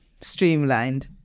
streamlined